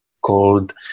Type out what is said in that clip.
called